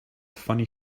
funny